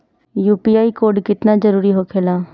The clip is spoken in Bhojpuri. यू.पी.आई कोड केतना जरुरी होखेला?